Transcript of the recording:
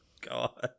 God